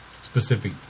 specific